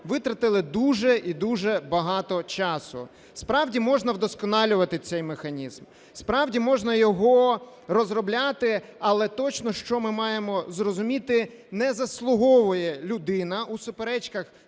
витратили дуже і дуже багато часу. Справді можна вдосконалювати цей механізм, справді можна його розробляти, але точно, що ми маємо зрозуміти – не заслуговує людина у суперечках